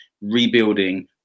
rebuilding